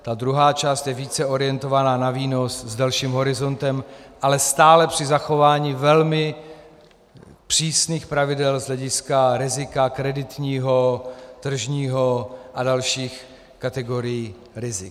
Ta druhá část je více orientovaná na výnos s delším horizontem, ale stále při zachování velmi přísných pravidel z hlediska rizika kreditního, tržního a dalších kategorií rizik.